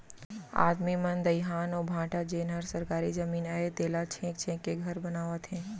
आदमी मन दइहान अउ भाठा जेन हर सरकारी जमीन अय तेला छेंक छेंक के घर बनावत हें